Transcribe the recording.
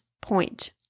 point